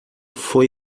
foi